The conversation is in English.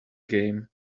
game